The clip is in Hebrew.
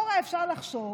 לכאורה אפשר לחשוב